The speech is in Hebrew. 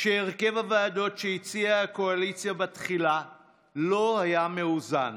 שהרכב הוועדות שהציעה הקואליציה בתחילה לא היה מאוזן,